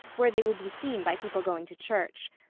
where they would be seen by people going to church.